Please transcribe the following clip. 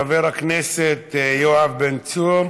חבר הכנסת יואב בן צור,